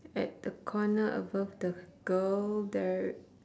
at the corner above the girl there